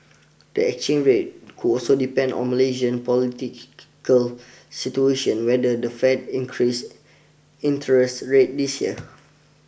the exchange rate could also depend on Malaysian political situation whether the Fed increases interest rates this year